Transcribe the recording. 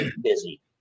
busy